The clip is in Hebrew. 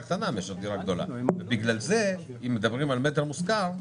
קטנה מאשר דירה גדולה בגלל זה אם מדברים על מטר מושכר,